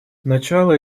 начало